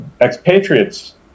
expatriates